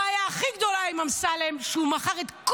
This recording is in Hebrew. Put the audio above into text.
הבעיה הכי גדולה עם אמסלם היא שהוא מכר כל